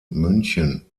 münchen